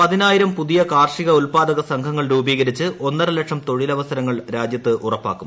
പതിനായിരം പുതിയ കാർഷിക ഉത്പാദക സംഘങ്ങൾ രൂപീകരിച്ച് ഒന്നര ലക്ഷം തൊഴിലവസരങ്ങൾ രാജ്യത്ത് ഉറപ്പാക്കും